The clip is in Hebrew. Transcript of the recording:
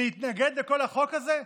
להתנגד לכל החוק הזה?